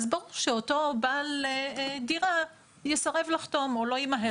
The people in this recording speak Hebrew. אז ברור שאותו בעל דירה יסרה לחתום, או לא ימהר.